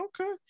okay